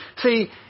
See